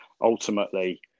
ultimately